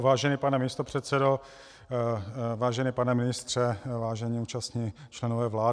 Vážený pane místopředsedo, vážený pane ministře, vážení účastní členové vlády.